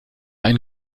ein